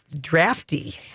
drafty